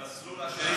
המסלול השני,